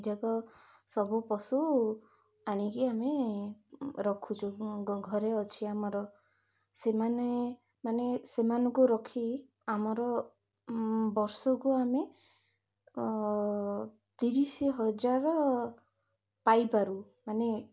ଏହିଜାକ ସବୁ ପଶୁ ଆଣିକି ଆମେ ରଖୁଚୁ ଘରେ ଅଛି ଆମର ସେମାନେ ମାନେ ସେମାନଙ୍କୁ ରଖି ଆମର ବର୍ଷକୁ ଆମେ ତିରିଶି ହଜାର ପାଇପାରୁ ମାନେ